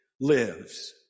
lives